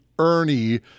Ernie